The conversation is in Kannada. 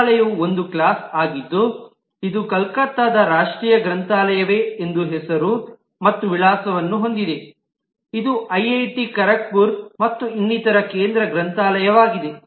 ಗ್ರಂಥಾಲಯವು ಒಂದು ಕ್ಲಾಸ್ಆಗಿದ್ದು ಇದು ಕಲ್ಕತ್ತಾದ ರಾಷ್ಟ್ರೀಯ ಗ್ರಂಥಾಲಯವೇ ಎಂದು ಹೆಸರು ಮತ್ತು ವಿಳಾಸವನ್ನು ಹೊಂದಿದೆ ಇದು ಐಐಟಿ ಖರಗ್ಪುರ ಮತ್ತು ಇನ್ನಿತರ ಕೇಂದ್ರ ಗ್ರಂಥಾಲಯವಾಗಿದೆ